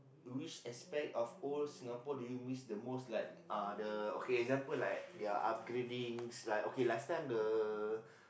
which aspect of old Singapore do you miss the most like uh the okay example like their upgradings like okay last time the